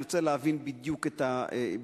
אני רוצה להבין בדיוק ברשותך,